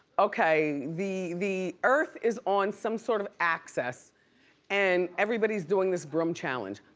okay, the the earth is on some sort of axis and everybody's doing this broom challenge.